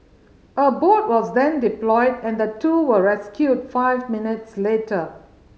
a boat was then deployed and the two were rescued five minutes later